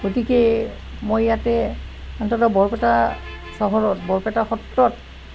গতিকে মই ইয়াতে অন্ততঃ বৰপেটা চহৰত বৰপেটা সত্ৰত